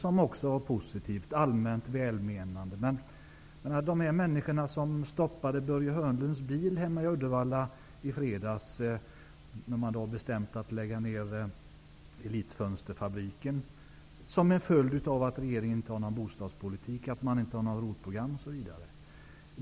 Det var också positivt och allmänt välmenande. Men de människor som stoppade Börje Hörnlunds bil hemma i Uddevalla i fredags vill ha besked. Man har bestämt att lägga ned Elit-Fönster-fabriken som en följd av att regeringen inte har någon bostadspolitik, inget ROT-program osv.